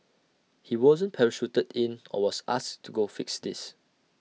he wasn't parachuted in or was asked to go fix this